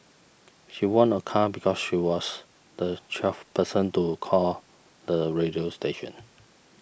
she won a car because she was the twelfth person to call the radio station